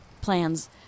plans